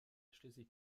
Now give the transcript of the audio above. schließlich